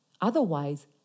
Otherwise